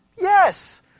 Yes